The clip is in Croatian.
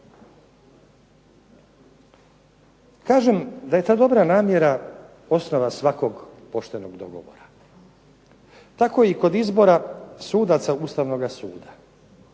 Kažem da je ta dobra namjera osnova svakog poštenog dogovora. Tako i kod izbora sudaca Ustavnoga suda.